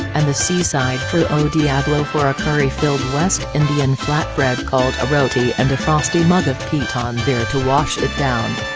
and the seaside trou au diablo for a curry-filled west indian flatbread called a roti and a frosty mug of piton beer to wash it down.